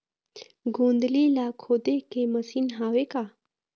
गोंदली ला खोदे के मशीन हावे का?